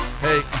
Hey